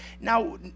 Now